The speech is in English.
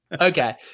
Okay